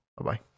Bye-bye